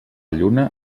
lluna